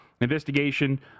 Investigation